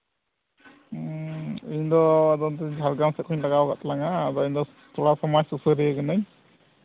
ᱤᱧ ᱫᱚ ᱱᱚᱛᱮ ᱡᱷᱟᱲᱜᱨᱟᱢ ᱥᱮᱫ ᱠᱷᱚᱱᱟᱜ ᱤᱧ ᱞᱟᱜᱟᱣ ᱠᱟᱜ ᱛᱟᱞᱟᱝᱼᱟ ᱟᱫᱚ ᱤᱧ ᱫᱚ ᱛᱷᱚᱲᱟ ᱥᱚᱢᱟᱡᱽ ᱥᱩᱥᱟᱹᱨᱤᱭᱟᱹ ᱠᱟᱹᱱᱟᱹᱧ